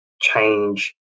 change